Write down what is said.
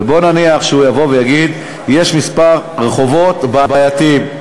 והוא יבוא ויגיד שיש כמה רחובות בעייתיים,